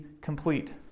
complete